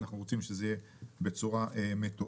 אנחנו רוצים שזה יהיה בצורה מתואמת.